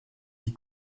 die